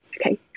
okay